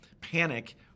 panic